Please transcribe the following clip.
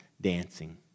dancing